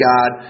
God